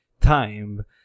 time